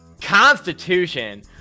constitution